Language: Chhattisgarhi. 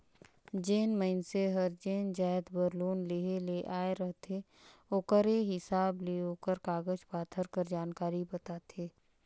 जेन मइनसे हर जेन जाएत बर लोन लेहे ले आए रहथे ओकरे हिसाब ले ओकर कागज पाथर कर जानकारी बताथे